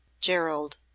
Gerald